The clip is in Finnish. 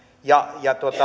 ja